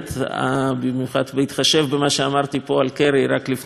במיוחד בהתחשב במה שאמרתי פה על קרי רק לפני שעה וחצי.